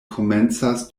komencas